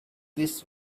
this